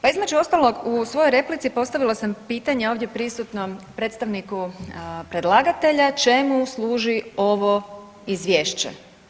Pa između ostalog u svojoj replici postavila sam pitanje ovdje prisutnom predstavniku predlagatelja čemu služi ovo izvješće?